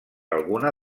alguna